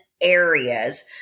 areas